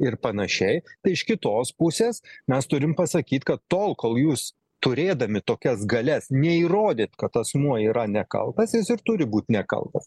ir panašiai tai iš kitos pusės mes turim pasakyt kad tol kol jūs turėdami tokias galias neįrodėt kad asmuo yra nekaltas jis ir turi būt nekaltas